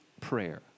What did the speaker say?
prayer